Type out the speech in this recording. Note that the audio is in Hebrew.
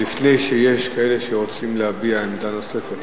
לפני שאלה שרוצים להביע עמדה נוספת.